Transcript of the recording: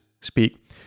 speak